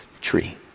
tree